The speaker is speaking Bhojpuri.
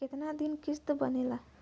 कितना दिन किस्त बनेला?